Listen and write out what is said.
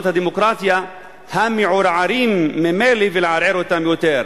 הדמוקרטיה המעורערים ממילא ולערער אותם יותר.